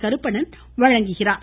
கருப்பணன் வழங்குகிறார்